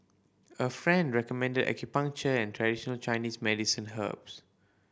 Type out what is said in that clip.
a friend recommended acupuncture and traditional Chinese medicine herbs